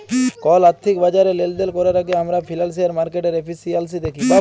call আথ্থিক বাজারে লেলদেল ক্যরার আগে আমরা ফিল্যালসিয়াল মার্কেটের এফিসিয়াল্সি দ্যাখি